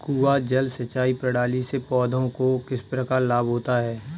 कुआँ जल सिंचाई प्रणाली से पौधों को किस प्रकार लाभ होता है?